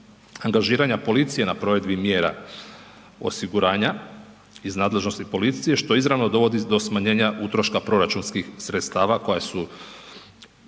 angažiranja policije na provedbi mjera osiguranja iz nadležnosti policije što izravno dovodi do smanjenja utroška proračunskih sredstava koja su